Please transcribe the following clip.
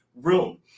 room